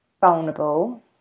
vulnerable